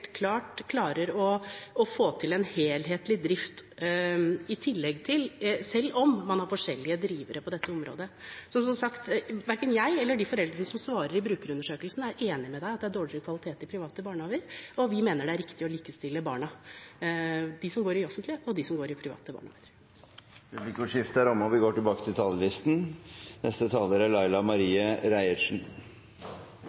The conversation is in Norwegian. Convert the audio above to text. klart klarer å få til en helhetlig drift selv om man har forskjellige drivere på dette området. Som sagt: Verken jeg eller de foreldrene som svarer i brukerundersøkelsen, er enig med representanten i at det er dårligere kvalitet i private barnehager, og vi mener det er riktig å likestille barna – de som går i offentlige barnehager, og de som går i private barnehager. Replikkordskiftet er omme. Arbeid, aktivitet og omstilling må stå i fokus når vi